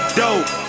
dope